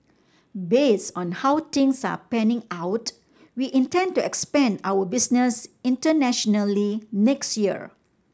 based on how things are panning out we intend to expand our business internationally next year